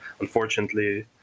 unfortunately